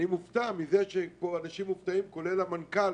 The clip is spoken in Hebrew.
אני מופתע מזה שאנשים מופתעים, כולל המנכ"ל,